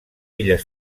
illes